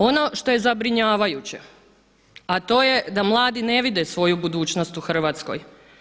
Ono što je zabrinjavajuće a to je da mladi ne vide svoju budućnost u Hrvatskoj.